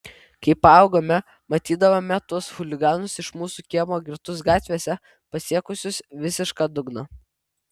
kai paaugome matydavome tuos chuliganus iš mūsų kiemo girtus gatvėse pasiekusius visišką dugną